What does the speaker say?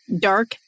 dark